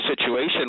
situation